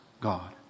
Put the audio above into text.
God